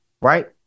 Right